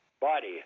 body